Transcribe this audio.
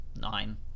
Nine